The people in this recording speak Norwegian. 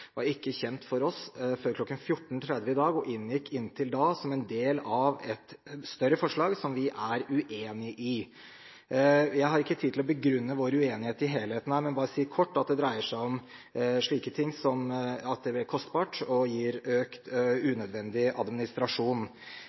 var ikke kjent for oss før kl. 14.30 i dag og inngikk inntil da som en del av et større forslag som vi er uenig i. Jeg har ikke tid til å begrunne vår uenighet i helhet her, men bare si kort at det dreier seg om slike ting som at det blir kostbart og gir økt unødvendig administrasjon.